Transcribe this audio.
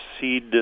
seed